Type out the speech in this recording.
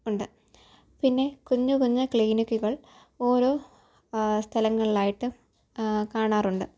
ഉണ്ട് പിന്നെ കുഞ്ഞു കുഞ്ഞു ക്ലിനിക്കുകൾ ഓരോ സ്ഥലങ്ങളിലായിട്ട് കാണാറുണ്ട്